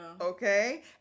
Okay